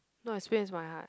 not as free as my heart